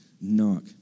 knock